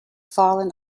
fallen